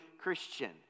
Christian